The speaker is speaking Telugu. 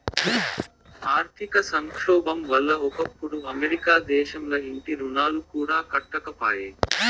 ఆర్థిక సంక్షోబం వల్ల ఒకప్పుడు అమెరికా దేశంల ఇంటి రుణాలు కూడా కట్టకపాయే